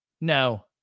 No